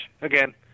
again